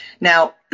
Now